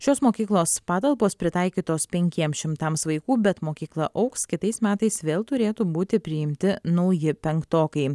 šios mokyklos patalpos pritaikytos penkiems šimtams vaikų bet mokykla augs kitais metais vėl turėtų būti priimti nauji penktokai